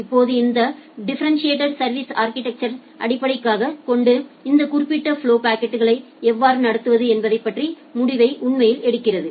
இப்போது இந்த டிஃபரெண்டிட்டேட் சா்விஸ் அா்கிடெக்சரை அடிப்படையாகக் கொண்டு இந்த குறிப்பிட்ட ஃபலொவின் பாக்கெட்களை எவ்வாறு நடத்துவது என்பது பற்றிய முடிவை உண்மையில் எடுக்கிறது